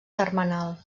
termenal